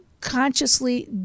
consciously